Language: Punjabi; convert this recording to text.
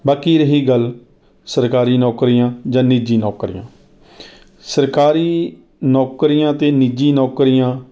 ਬਾਕੀ ਰਹੀ ਗੱਲ ਸਰਕਾਰੀ ਨੌਕਰੀਆਂ ਜਾਂ ਨਿੱਜੀ ਨੌਕਰੀਆਂ ਸਰਕਾਰੀ ਨੌਕਰੀਆਂ ਅਤੇ ਨਿੱਜੀ ਨੌਕਰੀਆਂ